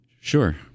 Sure